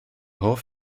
hoff